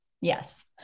yes